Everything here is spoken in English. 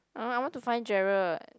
I want to find Gerald